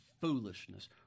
foolishness